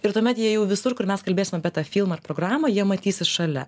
ir tuomet jie jau visur kur mes kalbėsim apie tą filmą ar programą jie matysis šalia